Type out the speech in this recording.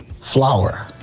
flower